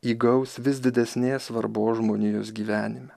įgaus vis didesnės svarbos žmonijos gyvenime